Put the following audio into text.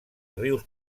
rius